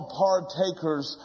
partakers